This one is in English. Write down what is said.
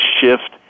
shift